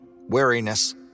Wariness